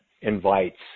invites